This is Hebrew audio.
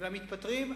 והמתפטרים,